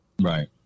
right